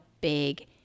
big